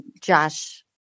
Josh